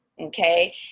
okay